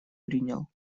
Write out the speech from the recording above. принял